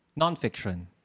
nonfiction